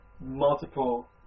multiple